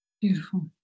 Beautiful